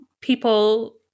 people